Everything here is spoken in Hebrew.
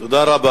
תודה רבה.